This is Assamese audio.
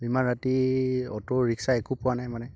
ইমান ৰাতি অ'টো ৰিক্সা একো পোৱা নাই মানে